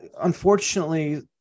unfortunately